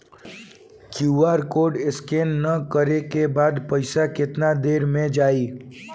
QR code scan न करे क बाद पइसा केतना देर म जाई?